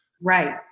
Right